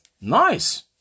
Nice